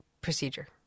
procedure